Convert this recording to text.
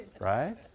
right